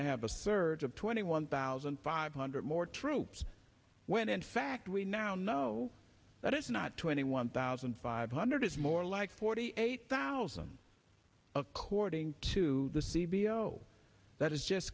to have a surge of twenty one thousand five hundred more troops when in fact we now know that it's not twenty one thousand five hundred it's more like forty eight thousand according to the see below that is just